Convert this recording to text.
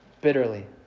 bitterly